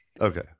Okay